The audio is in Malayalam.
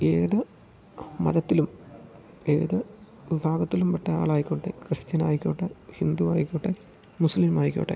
ഏത് മതത്തിലും ഏത് വിഭാഗത്തിലും പെട്ട ആളായിക്കോട്ടെ ക്രിസ്ത്യനായിക്കോട്ടെ ഹിന്ദു ആയിക്കോട്ടെ മുസ്ലിംമായിക്കോട്ടെ